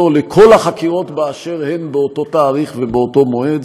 לכל החקירות באשר הן באותו תאריך ובאותו מועד,